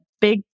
big